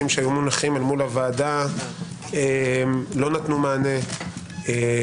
שהיו מונחים בפני הוועדה לא נתנו מענה מספק,